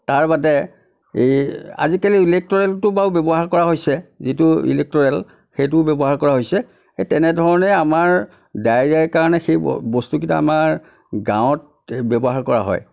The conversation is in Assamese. তাৰ বাদে এই আজিকালি ইলেক্ট্ৰৰেলটো বাৰু ব্যৱহাৰ কৰা হৈছে যিটো ইলেক্ট্ৰৰেল সেইটো ব্যৱহাৰ কৰা হৈছে সেই তেনেধৰণে আমাৰ ডায়েৰীয়াৰ কাৰণে সেই ব বস্তুকিটা আমাৰ গাওঁত সেই ব্যৱহাৰ কৰা হয়